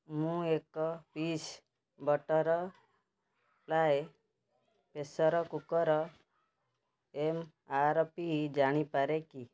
ମୁଁ ଏକ piece butterfly pressure କୁକର୍ର ଏମ୍ ଆର୍ ପି ଜାଣିପାରେ କି